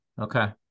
Okay